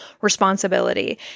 responsibility